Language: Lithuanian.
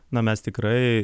na mes tikrai